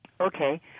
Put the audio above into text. Okay